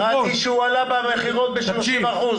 קראתי שהוא עלה במכירות ב-30%,